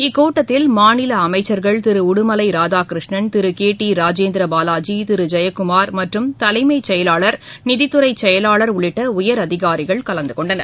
இக்கூட்டத்தில் மாநில அமைச்சர்கள் திரு உடுமலை ராதாகிருஷ்ணன் திரு கே டி ராஜேந்திர பாலாஜி திரு ஜெயக்குமார் மற்றும் தலைமை செயலாளர் நிதித்துறை செயலாளர் உள்ளிட்ட உயர் அதிகாரிகள் கலந்த கொண்டனர்